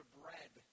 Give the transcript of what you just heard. bread